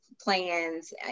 plans